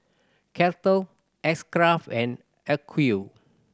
Kettle X Craft and Acuvue